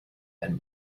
and